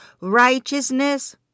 righteousness